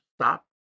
stop